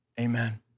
Amen